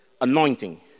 anointing